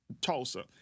Tulsa